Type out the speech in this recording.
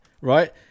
right